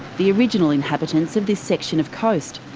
the original inhabitants of this section of coast.